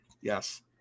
Yes